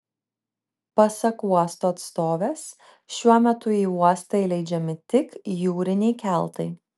pasak uosto atstovės šiuo metu į uostą įleidžiami tik jūriniai keltai